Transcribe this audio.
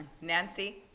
Nancy